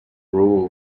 row